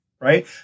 right